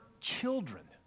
children